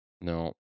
No